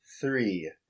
three